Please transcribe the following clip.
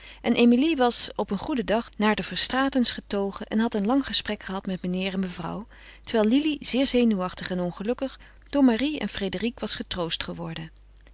en emilie was op een goeden dag naar de verstraetens getogen en had een lang gesprek gehad met meneer en mevrouw terwijl lili zeer zenuwachtig en ongelukkig door marie en frédérique was getroost geworden